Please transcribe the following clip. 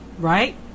right